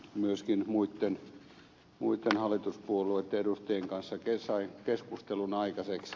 myöskin muitten hallituspuolueitten edustajien kanssa sain keskustelun aikaiseksi